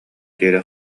диэри